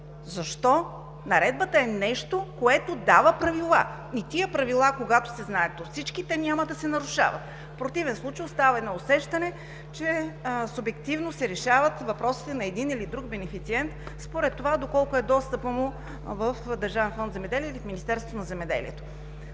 Защо? Наредбата е нещо, което дава правила и тези правила, когато се знаят от всички, няма да се нарушават. В противен случай остава усещане, че субективно се решават въпросите на един или друг бенефициент според това доколко е достъпът му в Държавен фонд „Земеделие“ или в Министерството на земеделието.